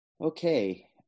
Okay